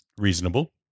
Reasonable